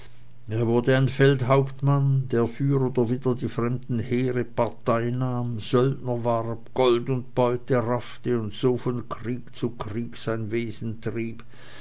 er wurde ein feldhauptmann der für oder wider die fremden herren partei nahm söldner warb gold und beute raffte und so von krieg zu krieg sein wesen trieb